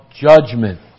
judgment